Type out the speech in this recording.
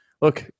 look –